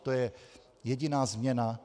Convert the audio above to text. To je jediná změna.